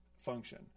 function